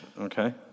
Okay